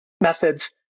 methods